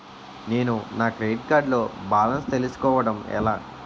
నేను నా credit card లో బాలన్స్ తెలుసుకోవడం ఎలా?